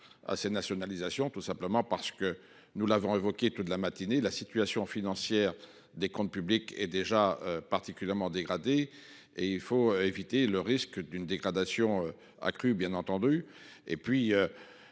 à ces nationalisations, tout simplement parce que, comme nous l’avons évoqué toute la matinée, la situation financière des comptes publics est déjà particulièrement dégradée et qu’il faut éviter le risque qu’elle s’aggrave davantage. Et puis,